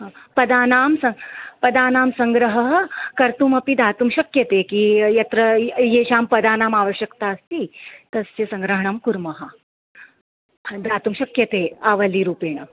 पदानां पदानां सङ्ग्रहः कर्तुमपि दातुं शक्यते किल यत्र य येषां पदानाम् आवश्यक्ता अस्ति तस्य सङ्ग्रहणं कुर्मः दातुं शक्यते आवलीरूपेण